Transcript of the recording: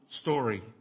story